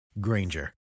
Granger